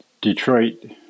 Detroit